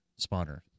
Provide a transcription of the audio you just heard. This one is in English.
spawner